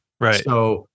Right